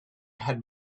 had